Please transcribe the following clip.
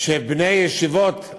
שבני ישיבות,